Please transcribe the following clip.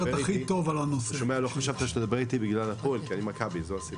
כשדיברתי על התרמילאים כנושא חשוב לטיפול בתוך תרבות הסמים,